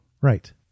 Right